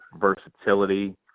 versatility